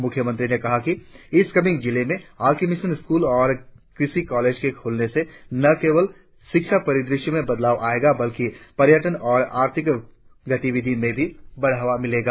मुख्यमंत्री ने कहा कि ईस्ट कामेंग जिले में आर के मिशन स्कूल और कृषि कॉलेज के खुलने से न केवल शिक्षा परिदृश्य बढ़ जाएगा बल्कि पर्यटन और आर्थिक गतिविधियों को भी बढ़ावा मिलेगा